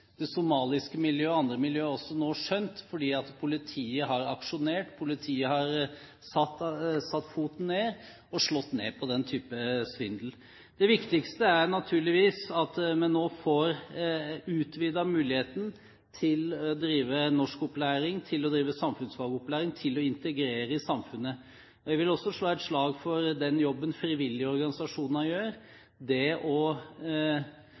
det somaliske miljøet og andre miljøer også nå skjønt, fordi politiet har aksjonert, politiet har satt foten ned og slått ned på den type svindel. Det viktigste er naturligvis at vi nå får utvidet muligheten til å drive norskopplæring, til å drive samfunnsfagopplæring, til å integrere i samfunnet. Jeg vil også slå et slag for den jobben frivillige organisasjoner gjør. Det